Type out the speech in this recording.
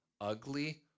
ugly